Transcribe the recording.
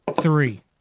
three